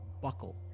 buckle